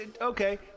okay